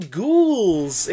ghouls